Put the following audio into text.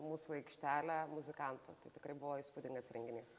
mūsų aikštelė muzikantų tai tikrai buvo įspūdingas renginys